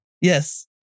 Yes